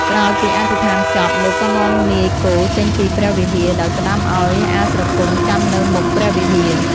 ក្រោយពីអធិដ្ឋានចប់ លោកក៏នាំនាយគោចេញពីព្រះវិហារ ដោយផ្តាំឲ្យអាស្រគំចាំនៅមុខព្រះវិហារ។